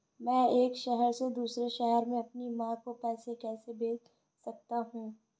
मैं एक शहर से दूसरे शहर में अपनी माँ को पैसे कैसे भेज सकता हूँ?